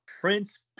Prince